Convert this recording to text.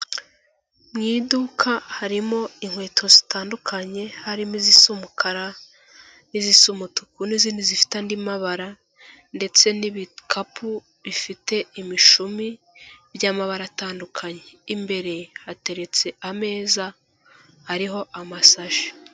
Mu iduka harimo inkweto zitandukanye, harimo izisa umukara n'izisa umutuku n'izindi zifite andi mabara ndetse n'ibikapu bifite imishumi by'amabara atandukanye, imbere hateretse ameza ariho amasashi.